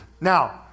Now